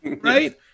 right